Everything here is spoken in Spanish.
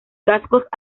cascos